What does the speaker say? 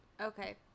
Okay